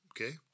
okay